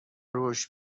روش